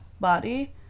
body